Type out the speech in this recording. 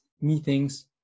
meetings